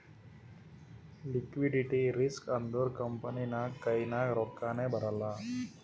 liquidity risk ಅಂದುರ್ company ನಾಗ್ ಕೈನಾಗ್ ರೊಕ್ಕಾನೇ ಬರಲ್ಲ